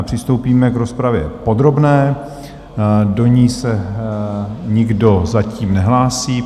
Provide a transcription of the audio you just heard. Přistoupíme k rozpravě podrobné, do ní se nikdo zatím nehlásí.